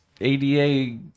ADA